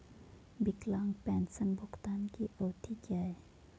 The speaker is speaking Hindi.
विकलांग पेंशन भुगतान की अवधि क्या है?